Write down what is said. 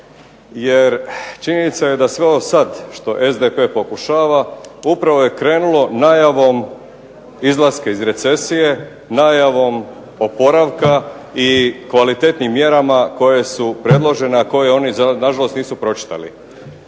jer činjenica je da sve ovo sad što SDP pokušava upravo je krenulo najavom izlaska iz recesije, najavom oporavka i kvalitetnim mjerama koje su predložene, a koje oni na žalost nisu pročitali.